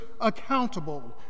accountable